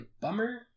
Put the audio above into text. bummer